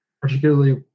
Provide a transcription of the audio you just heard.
particularly